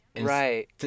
right